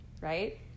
right